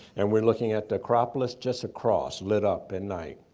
and we're looking at the acropolis just across, lit up and night.